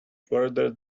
farther